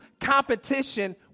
competition